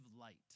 light